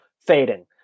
fading